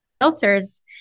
filters